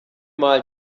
mal